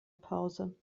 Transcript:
pause